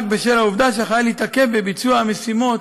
רק בשל העובדה שהחייל התעכב בביצוע המשימות